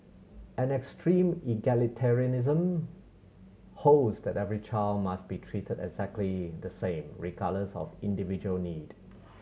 an extreme egalitarianism holds that every child must be treated exactly the same regardless of individual need